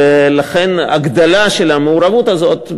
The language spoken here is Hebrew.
ולכן הגדלה של המעורבות הזאת,